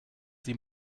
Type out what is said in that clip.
sie